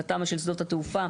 לתמ"א של שדות התעופה.